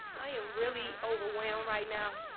i am really overwhelmed right now,